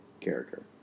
character